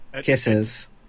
Kisses